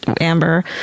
amber